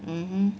mmhmm